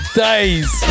days